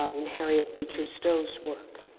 um and harriet beecher stowe's work.